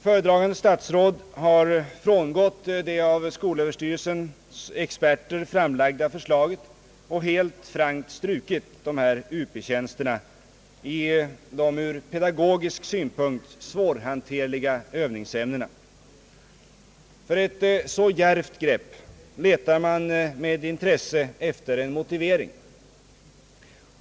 Föredragande statsråd har frångått det av skolöverstyrelsens experter framlagda förslaget och helt frankt strukit Up-tjänsterna i dessa ur pedagogisk synpunkt svårhanterliga Övningsämnen. För ett så djärvt grepp letar man med intresse efter en motivering.